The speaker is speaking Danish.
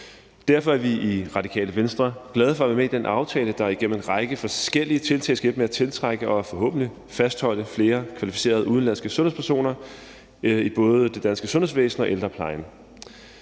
Derfor er vi i Radikale Venstre glade for at være med i den aftale, der igennem en række forskellige tiltag skal hjælpe med at tiltrække og forhåbentlig fastholde flere kvalificerede udenlandske sundhedspersoner i både det danske sundhedsvæsen og ældreplejen.